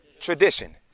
tradition